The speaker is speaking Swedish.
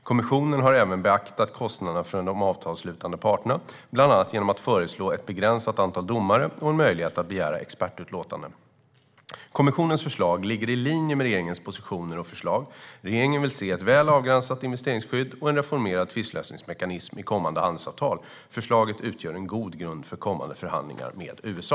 Kommissionen har även beaktat kostnaderna för de avtalsslutande parterna, bland annat genom att föreslå ett begränsat antal domare och en möjlighet att begära expertutlåtanden. Kommissionens förslag ligger i linje med regeringens positioner och förslag. Regeringen vill se ett väl avgränsat investeringsskydd och en reformerad tvistlösningsmekanism i kommande handelsavtal. Förslaget utgör en god grund för kommande förhandlingar med USA.